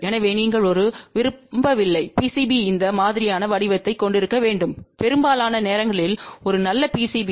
எனவே நீங்கள் ஒரு விரும்பவில்லை PCB இந்த மாதிரியான வடிவத்தைக் கொண்டிருக்க வேண்டும் பெரும்பாலான நேரங்களில் ஒரு நல்ல PCB